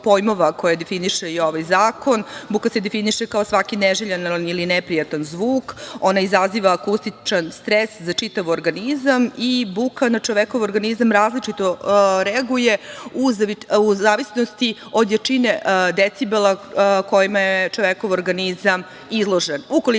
pojmova koje definiše ovaj zakon. Buka se definiše kao svaki neželjen ili neprijatan zvuk. Ona izaziva akustičan stres za čitav organizam i buka na čovekov organizam različito reaguje u zavisnosti od jačine decibela kojima je čovekov organizam izložen.